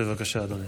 בבקשה, אדוני.